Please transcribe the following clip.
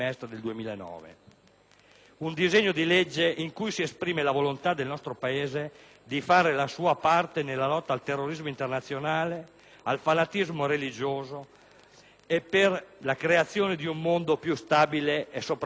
un disegno di legge in cui si esprime la volontà del nostro Paese di fare la sua parte nella lotta al terrorismo internazionale e al fanatismo religioso, per la creazione di un mondo più stabile e, soprattutto, prevedibile.